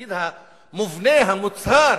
התפקיד המובנה, המוצהר,